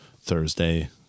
Thursday